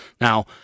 Now